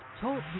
Talk